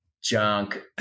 junk